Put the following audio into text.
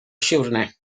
siwrne